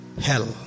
hell